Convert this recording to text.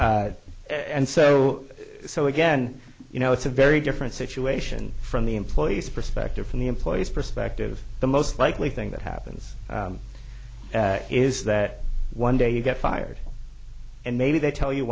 originally and so so again you know it's a very different situation from the employees perspective from the employees perspective the most likely thing that happens is that one day you get fired and maybe they tell you